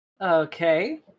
Okay